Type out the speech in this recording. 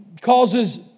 causes